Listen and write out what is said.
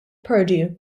purdue